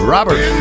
Robert